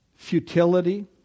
Futility